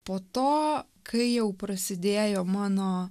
po to kai jau prasidėjo mano